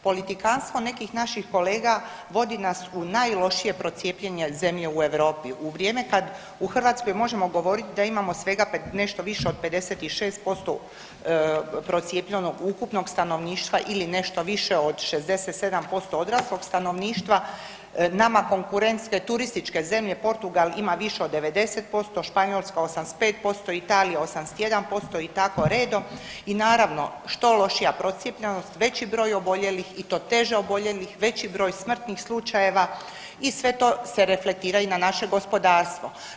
Politikantstvo nekih naših kolega vodi nas u najlošije prijecijepljenje zemlje u Europi u vrijeme kad u Hrvatskoj možemo govoriti da imamo svega nešto više od 56% procijepljenog ukupnog stanovništva ili nešto više od 67% odraslog stanovništva, nama konkurentske turističke zemlje, Portugal ima više od 90%, Španjolska 85%, Italija 81%, i tako redom i naravno, što lošija procijepljenost, veći broj oboljelih i to teže oboljelih, veći broj smrtnih slučajeva i sve to se reflektira i na naše gospodarstvo.